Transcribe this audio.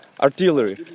artillery